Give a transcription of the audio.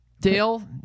Dale